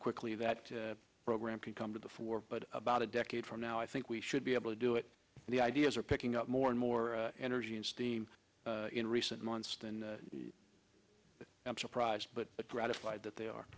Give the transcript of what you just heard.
quickly that program can come to the fore but about a decade from now i think we should be able to do it the ideas are picking up more and more energy and steam in recent months and i'm surprised but gratified that they are